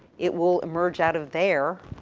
it will emerge out of there.